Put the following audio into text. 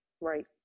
Right